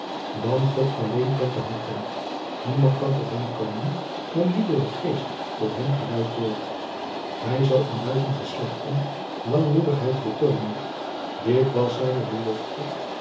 dan god alleen kent de harten niemand kan tot hem komen dan die door den geest tot hem geleid wordt hij zal aan duizend geslachten langmoedigheid betoonen dit was zijne belofte